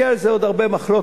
יהיו על זה עוד הרבה מחלוקות,